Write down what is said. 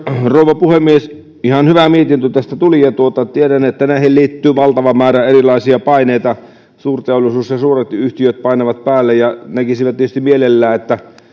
rouva puhemies ihan hyvä mietintö tästä tuli tiedän että näihin liittyy valtava määrä erilaisia paineita suurteollisuus ja suuret yhtiöt painavat päälle ja näkisivät tietysti mielellään että